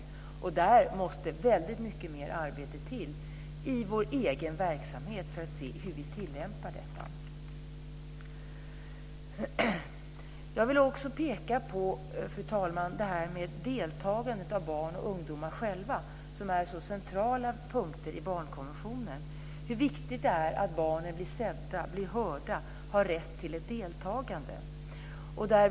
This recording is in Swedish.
I detta sammanhang måste väldigt mycket mer arbete till i vår egen verksamhet för att vi ska se hur vi tillämpar detta. Fru talman! Jag vill också peka på deltagandet från barn och ungdomar själva, vilket är en så central punkt i barnkonventionen, hur viktigt det är att barnen blir sedda och hörda och har rätt till ett deltagande.